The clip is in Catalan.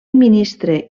ministre